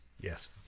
Yes